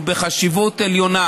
שהוא בחשיבות עליונה,